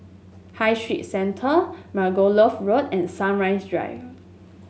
High Street Centre Margoliouth Road and Sunrise Drive